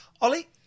Ollie